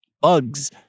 bugs